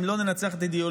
אם לא ננצח את האידיאולוגיה,